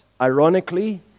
ironically